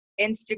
Instagram